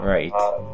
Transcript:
Right